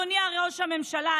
אדוני ראש הממשלה,